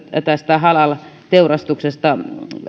tästä halal teurastuksesta